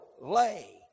lay